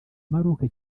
maroc